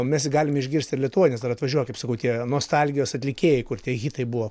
mes jį galime išgirsti ir lietuvoj nes dar atvažiuoja kaip sakau tie nostalgijos atlikėjai kur tie hitai buvo